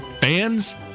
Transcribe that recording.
Fans